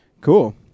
Cool